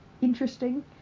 interesting